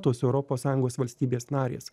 tos europos sąjungos valstybės narės